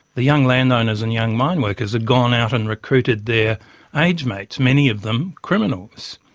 the young land owners and young mine workers had gone out and recruited their age mates, many of them criminals.